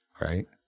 right